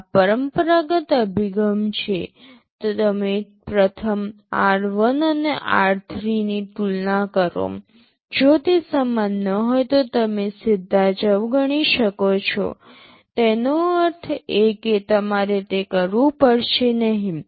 આ પરંપરાગત અભિગમ છે તમે પ્રથમ r1 અને r3 ની તુલના કરો જો તે સમાન ન હોય તો તમે સીધા જ અવગણી શકો છો તેનો અર્થ એ કે તમારે તે કરવું પડશે નહીં